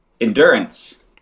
endurance